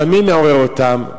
אבל מי מעורר אותם?